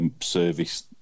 service